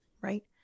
right